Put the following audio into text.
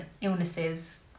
illnesses